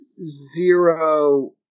zero